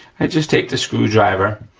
i just take the screwdriver,